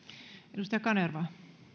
arvoisa puhemies se